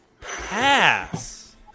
Pass